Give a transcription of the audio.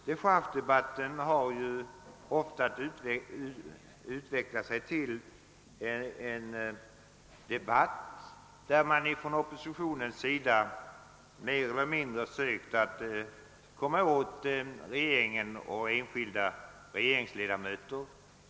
Dechargedebatten har ofta utvecklat sig till en debatt, under vilken man från oppositionen mer eller mindre sökt komma åt regeringen och dess enskilda ledamöter.